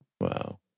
Wow